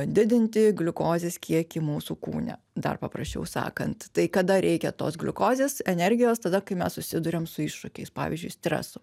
didinti gliukozės kiekį mūsų kūne dar paprasčiau sakant tai kada reikia tos gliukozės energijos tada kai mes susiduriam su iššūkiais pavyzdžiui stresu